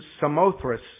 Samothrace